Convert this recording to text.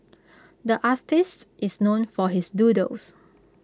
the artist is known for his doodles